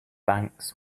banks